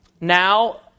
Now